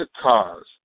cars